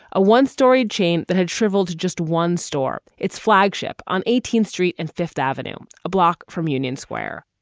a one storied chain that had shriveled to just one store, its flagship on eighteenth street and fifth avenue, a block from union square